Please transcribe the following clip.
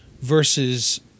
versus